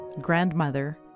grandmother